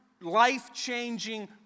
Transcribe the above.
life-changing